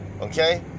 okay